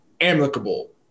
amicable